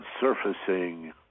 surfacing